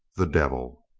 the devil!